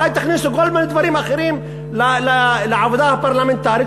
אולי תכניסו כל מיני דברים אחרים לעבודה הפרלמנטרית,